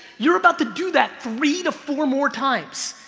you're about to do that three to four more times.